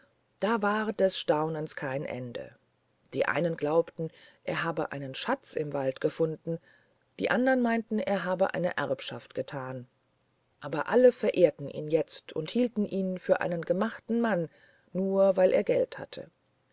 da war des staunens kein ende die einen glaubten er habe einen schatz im wald gefunden die andern meinten er habe eine erbschaft getan aber alle verehrten ihn jetzt und hielten ihn für einen gemachten mann nur weil er geld hatte